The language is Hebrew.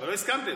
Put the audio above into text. לא הסכמתם.